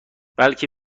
بلکه